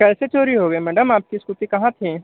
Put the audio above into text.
कैसे चोरी हो गया मैडम आपकी स्कूटी कहाँ थी